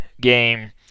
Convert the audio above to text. game